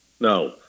No